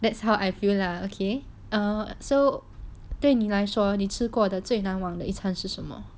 that's how I feel lah okay um so 对你来说你吃过的最难忘的一餐是什么